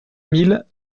mille